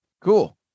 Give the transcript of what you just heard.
cool